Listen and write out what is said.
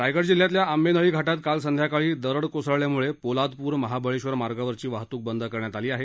रायगड जिल्ह्यातल्या आंबेनळी घाटात काल संध्याकाळी दरड कोसळल्यामुळे पोलादपूर महावळेश्वर मार्गावरील वाहतूक बंद करण्यात आली आहे